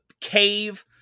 Cave